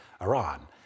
Iran